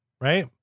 right